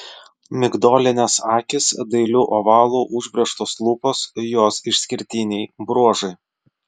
migdolinės akys dailiu ovalu užbrėžtos lūpos jos išskirtiniai bruožai